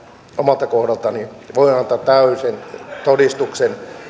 omalta kohdaltani voin täysin antaa todistuksen